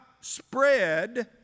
spread